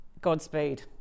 Godspeed